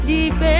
Deep